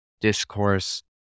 discourse